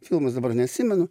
filmus dabar neatsimenu